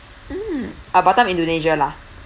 mm ah batam indonesia lah